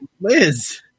Liz